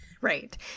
Right